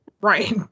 right